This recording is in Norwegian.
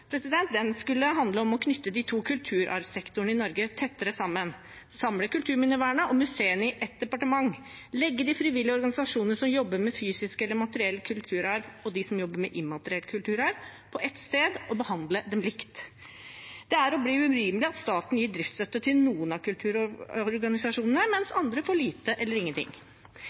den reformen skulle handle om å knytte de to kulturarvsektorene i Norge tettere sammen, samle kulturminnevernet og museene i ett departement, legge de frivillige organisasjonene som jobber med fysisk eller materiell kulturarv, og de som jobber med immateriell kulturarv, på ett sted og behandle dem likt. Det er og blir urimelig at staten gir driftsstøtte til noen av kulturorganisasjonene, mens andre får lite eller ingenting.